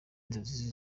inzozi